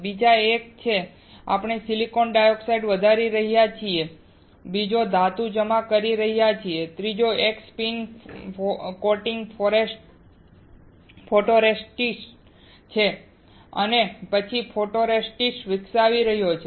બીજો એક છે આપણે સિલિકોન ડાયોક્સાઈડ વધારી રહ્યા છીએ બીજો ધાતુ જમા કરી રહ્યો છે બીજો એક સ્પિન કોટિંગ ફોટોરેસિસ્ટ છે અને પછી ફોટોરેસિસ્ટ વિકસાવી રહ્યો છે